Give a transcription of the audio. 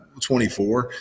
24